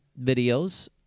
videos